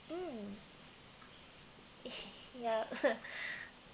mm yeah